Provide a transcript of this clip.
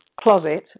closet